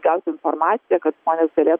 gauti informaciją kad žmonės galėtų